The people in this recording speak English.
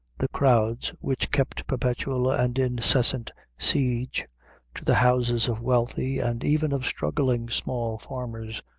the crowds which kept perpetual and incessant siege to the houses of wealthy and even of struggling small farmers,